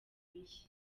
mishya